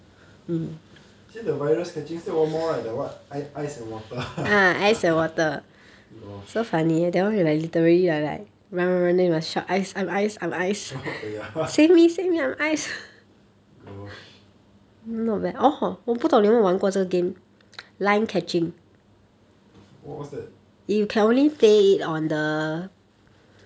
actually the virus catching still got one more right the what ice and water gosh oh ya gosh the f~ what what's that